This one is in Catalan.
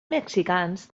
mexicans